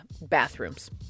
bathrooms